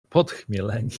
podchmieleni